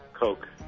Coke